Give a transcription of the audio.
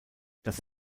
das